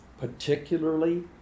Particularly